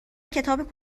کتاب